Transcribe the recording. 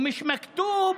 ולא כתוב: